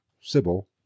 Sybil